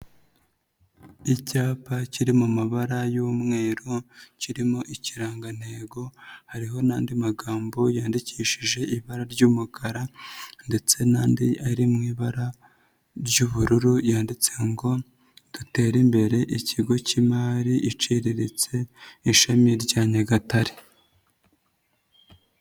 Icyapa kiri mu mabara y'umweru kirimo ikirangantego hariho n'andi magambo yandikishije ibara ry'umukara ndetse n'andi ari mu ibara ry'ubururu yanditse ngo: "Dutere imbere, ikigo k'imari iciriritse ishami rya Nyagatare."